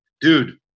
dude